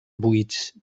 buits